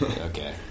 Okay